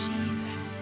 Jesus